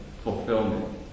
fulfillment